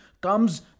comes